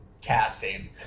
casting